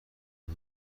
روز